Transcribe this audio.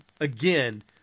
again